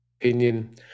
opinion